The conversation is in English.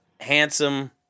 handsome